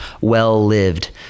well-lived